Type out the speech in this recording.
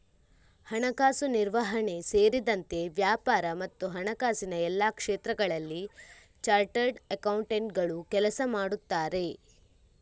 ಹಣಕಾಸು ನಿರ್ವಹಣೆ ಸೇರಿದಂತೆ ವ್ಯಾಪಾರ ಮತ್ತು ಹಣಕಾಸಿನ ಎಲ್ಲಾ ಕ್ಷೇತ್ರಗಳಲ್ಲಿ ಚಾರ್ಟರ್ಡ್ ಅಕೌಂಟೆಂಟುಗಳು ಕೆಲಸ ಮಾಡುತ್ತಾರೆ